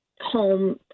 home